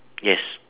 yes